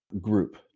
group